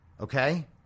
okay